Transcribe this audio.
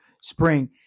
spring